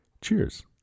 Cheers